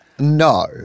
No